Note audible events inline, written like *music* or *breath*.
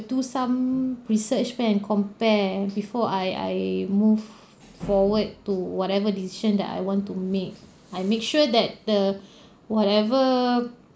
do some research back and compare before I I move forward to whatever decision that I want to make I make sure that the *breath* whatever